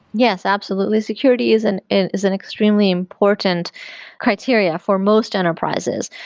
yes, absolutely. security is and and is an extremely important criteria for most enterprises.